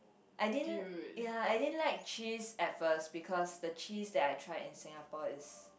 I didn't ya I didn't like cheese at first because the cheese that I tried in Singapore is